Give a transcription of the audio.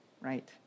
right